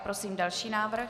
Prosím další návrh.